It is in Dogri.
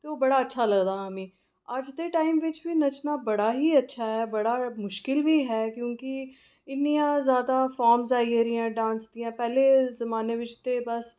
तो ओह् बड़ा अच्चा लगदा हा मिगी अज्ज दे टाइम बिच बी नच्चना बड़ा ई अच्छा ऐ बड़ा मुश्किल बी ऐ क्योंकि इन्नियां जैदा फार्मां आई गेदियां डांस दियां पैह्लें जमाने बिच ते बस